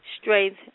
strength